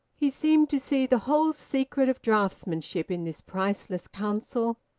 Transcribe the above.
he seemed to see the whole secret of draughtsmanship in this priceless counsel,